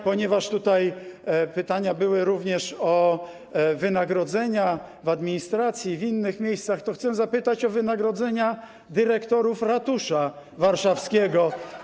Ponieważ tutaj były również pytania o wynagrodzenia w administracji i w innych miejscach, to chcę zapytać o wynagrodzenia dyrektorów ratusza warszawskiego.